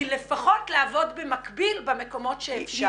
לפחות לעבוד במקביל במקומות שאפשר לעשות זאת.